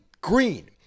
green